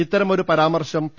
അത്തരമൊരു പരാ മർശം പി